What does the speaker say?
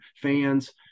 fans